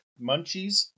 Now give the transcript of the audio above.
munchies